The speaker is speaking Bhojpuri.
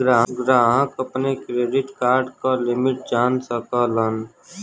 ग्राहक अपने क्रेडिट कार्ड क लिमिट जान सकलन